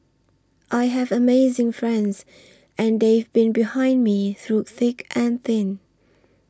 I have amazing friends and they've been behind me through thick and thin